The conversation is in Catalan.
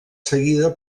seguida